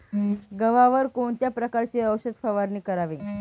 गव्हावर कोणत्या प्रकारची औषध फवारणी करावी?